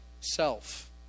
Self